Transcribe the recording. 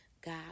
God